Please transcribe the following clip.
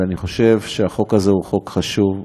ואני חושב שהחוק הזה הוא חוק חשוב,